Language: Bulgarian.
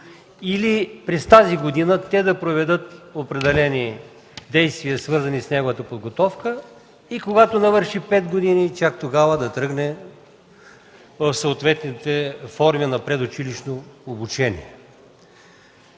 или през тази година те да проведат определени действия, свързани с неговата подготовка, и когато навърши пет години чак тогава да тръгне в съответните форми на предучилищно обучение.